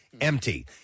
empty